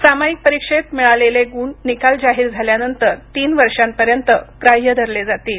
सामायिक परीक्षेत मिळालेले गुण निकाल जाहीर झाल्यानंतर तीन वर्षांपर्यंत ग्राह्य धरले जातील